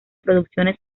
producciones